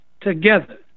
Together